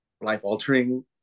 life-altering